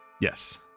yes